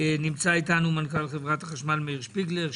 נמצא איתנו מנכ"ל חברת החשמל מאיר שפיגלר,